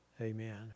Amen